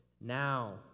now